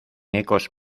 ecos